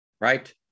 right